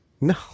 No